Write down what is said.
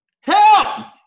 Help